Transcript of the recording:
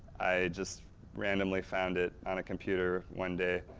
i just randomly found it on a computer one day,